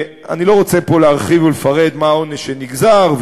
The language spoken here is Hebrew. אני לא רוצה פה להרחיב ולפרט מה העונש שנגזר,